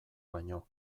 baino